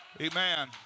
Amen